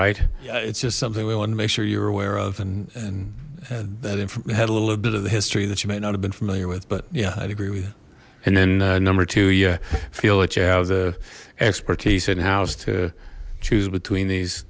right it's just something we want to make sure you were aware of and had a little bit of the history that you may not have been familiar with but yeah i'd agree with it and then number two you feel that you have the expertise in house to choose between these